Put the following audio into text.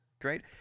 Great